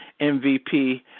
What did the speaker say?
MVP